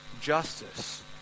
justice